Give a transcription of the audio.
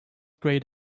grayed